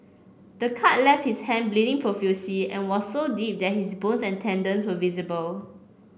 the cut left his hand bleeding profusely and was so deep that his bones and tendons were visible